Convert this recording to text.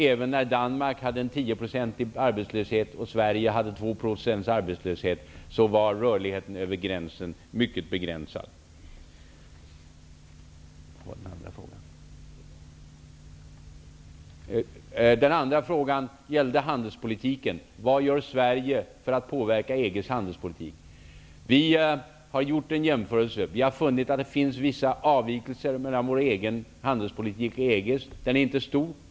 Även när Danmark hade en arbetslöshet på 10 % och Sverige hade en arbetslöshet på 2 % var rörligheten över gränsen mycket begränsad. Den andra frågan gällde handelspolitiken och vad Sverige gör för att påverka EG:s handelspolitik. Vi har gjort en jämförelse och funnit att det finns vissa avvikelser mellan vår egen handelspolitik och EG:s. De är inte stora.